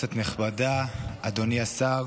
כנסת נכבדה, אדוני השר,